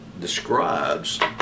describes